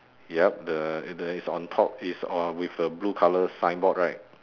yup the the is on top is on with a blue colour signboard right